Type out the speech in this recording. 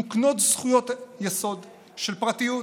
מוקנות זכויות יסוד של פרטיות,